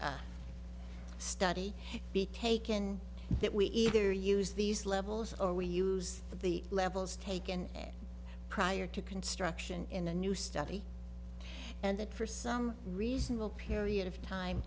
study be taken that we either use these levels or we use the levels taken prior to construction in a new study and that for some reasonable period of time